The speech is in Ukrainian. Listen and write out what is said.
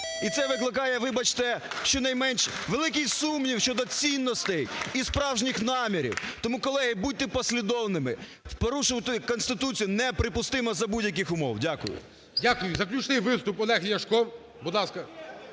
І це викликає, вибачте, щонайменш, великий сумнів щодо цінностей і справжніх намірів. Тому, колеги, будьте послідовними. Порушувати Конституції неприпустимо за будь-яких умов. Дякую. ГОЛОВУЮЧИЙ. Дякую. Заключний виступ – Олег Ляшко.